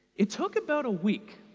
it took about a week